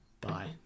Bye